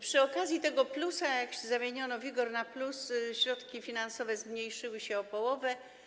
Przy okazji tego plusa, jak zamieniono „wigor” na „plus”, środki finansowe zmniejszyły się o połowę.